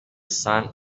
sun